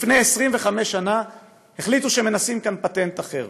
לפני 25 שנה החליטו שמנסים כאן פטנט אחר: